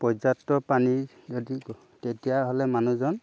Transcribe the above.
পৰ্যাপ্ত পানী যদি তেতিয়াহ'লে মানুহজন